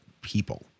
people